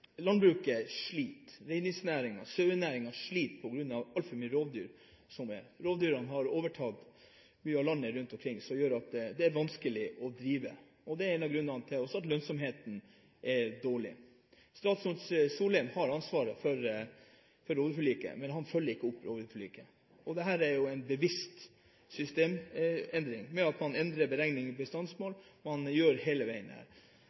sliter på grunn av altfor mange rovdyr. Rovdyrene har overtatt mye av landet rundt omkring, noe som gjør det vanskelig å drive. Det er også en av grunnene til at lønnsomheten er dårlig. Statsråd Solheim har ansvaret for rovviltforliket, men han følger det ikke opp. Dette er en bevisst systemendring ved at man endrer